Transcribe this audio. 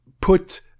put